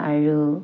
আৰু